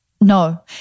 No